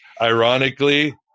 ironically